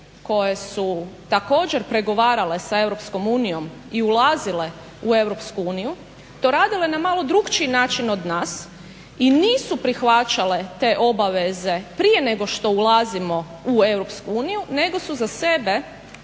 koje su također pregovarale sa Europskom unijom i ulazile u Europsku uniju to radile na malo drukčiji način od nas i nisu prihvaćale te obaveze prije nego što ulazimo u Europsku uniju, nego su za sebe